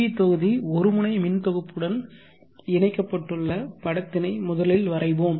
we தொகுதி ஒருமுனை மின்தொகுப்புடன் இணைக்கப்பட்டுள்ள படத்தினை முதலில் வரைவோம்